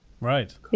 Right